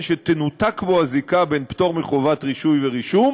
שתנותק בו הזיקה בין פטור מחובת רישוי ורישום